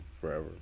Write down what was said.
forever